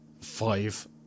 five